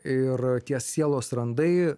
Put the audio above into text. ir tie sielos randai